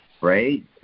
right